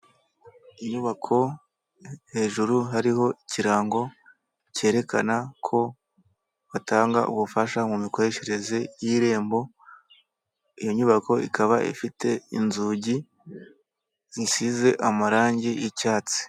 Inyubako hejuru hariho ikirango cyerekana ko batanga ubufasha mu mikoreshereze y 'irembo iyo nyubako ikaba ifite inzugi zisize amarangi yicyatsi.